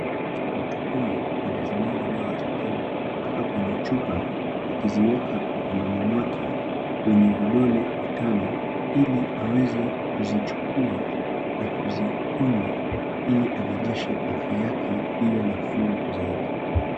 Mtu huyu anazimwaga dawa za tembe kutoka kwenye chupa akiziweka mkononi mwake wenye vidole vitano, ili aweze kuzichukua na kuzikunywa ili arejeshe afya yake iwe nafuu zaidi.